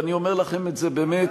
ואני אומר לכם את זה באמת,